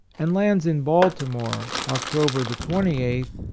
and lands in baltimore, october the twenty eighth,